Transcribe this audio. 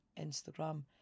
Instagram